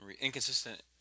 Inconsistent